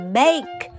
make